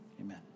amen